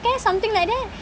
care something like that